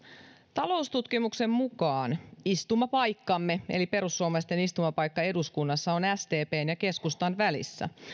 taloustutkimuksen mukaan istumapaikkamme eli perussuomalaisten istumapaikka eduskunnassa on sdpn ja keskustan välissä